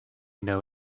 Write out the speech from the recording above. know